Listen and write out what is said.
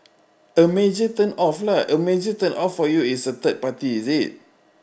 a major turn off lah a major turn off for you is a third party is it